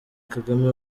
kagame